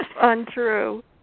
untrue